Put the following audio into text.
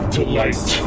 delight